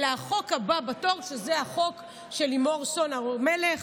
אלא החוק הבא בתור, החוק של לימור סון הר מלך.